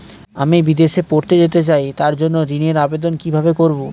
আমি বিদেশে পড়তে যেতে চাই তার জন্য ঋণের আবেদন কিভাবে করব?